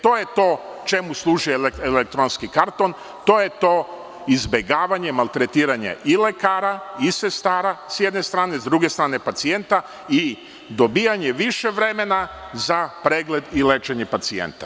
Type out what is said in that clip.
To je to čemu služi elektronski karton, to je to izbegavanje maltretiranje i lekara i sestara, s jedne strane, a s druge strane pacijenta i dobijanje više vremena za pregled i lečenje pacijenta.